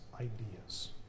ideas